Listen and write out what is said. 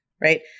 right